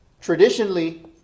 Traditionally